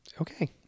Okay